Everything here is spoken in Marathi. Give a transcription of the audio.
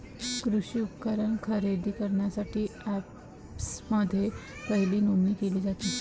कृषी उपकरणे खरेदी करण्यासाठी अँपप्समध्ये पहिली नोंदणी केली जाते